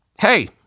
hey